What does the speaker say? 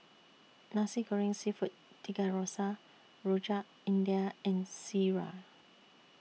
Nasi Goreng Seafood Tiga Rasa Rojak India and Sireh